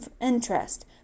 interest